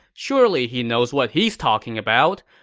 surely he knows what he's talking about!